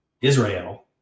Israel